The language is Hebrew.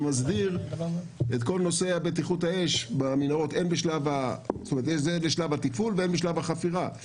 שמסדיר את כל נושא בטיחות האש במנהרות הן בשלב התפעול והן בשלב החפירה.